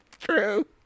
True